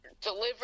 deliver